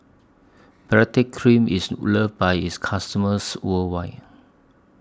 Baritex Cream IS loved By its customers worldwide